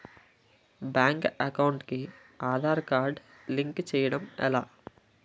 Bank account కి Aadhaar card link చేయడం ఎలా?